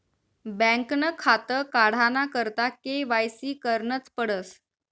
बँकनं खातं काढाना करता के.वाय.सी करनच पडस